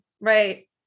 right